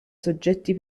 soggetti